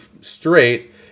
straight